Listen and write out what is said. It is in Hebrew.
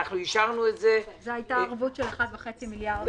אנחנו אישרנו את זה -- זו הייתה הערבות של 1.5 מיליארד דולר.